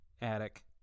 attic